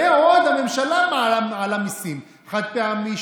ועוד הממשלה מעלה מיסים: חד-פעמי,